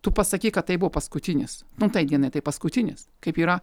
tu pasakyk kad tai buvo paskutinis nu tai dienai tai paskutinis kaip yra